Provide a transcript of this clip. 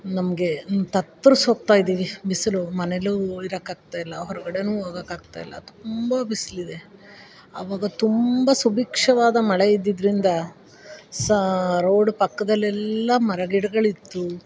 ನಮಗೆ ತತ್ತರಿಸ್ ಹೋಗ್ತಾಯಿದೀವಿ ಬಿಸಿಲು ಮನೇಲೂ ಇರೋಕಾಗ್ತಯಿಲ್ಲ ಹೊರ್ಗಡೆ ಹೋಗಕಾಗ್ತಯಿಲ್ಲ ತುಂಬ ಬಿಸಿಲಿದೆ ಅವಾಗ ತುಂಬ ಸುಭೀಕ್ಷವಾದ ಮಳೆ ಇದ್ದಿದ್ರಿಂದ ಸಹ ರೋಡ್ ಪಕ್ಕದಲೆಲ್ಲಾ ಮರ ಗಿಡಗಳಿತ್ತು